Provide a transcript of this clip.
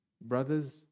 Brothers